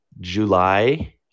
July